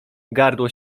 gardło